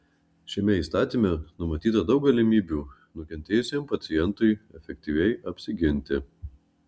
šiame įstatyme numatyta daug galimybių nukentėjusiam pacientui efektyviai apsiginti